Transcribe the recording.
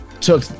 took